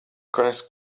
connaissent